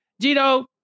Gino